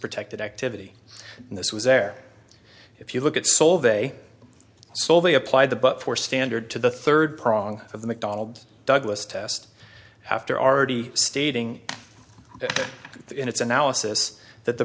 protected activity and this was there if you look at solvay solvay apply the but for standard to the third prong of the macdonald douglas test after already stating in its analysis that the